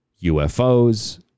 UFOs